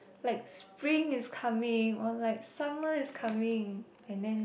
like spring is coming or like summer is coming and then